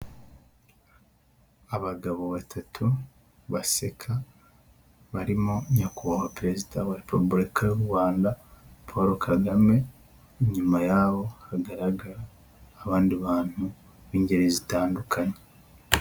Abagabo batatu baseka barimo nyakubahwa perezida wa repubulika y'u Rwanda Paul Kagame, nyuma yabo hagaragara abandi bantu b'ingeri zitandukanye.